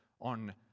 on